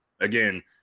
Again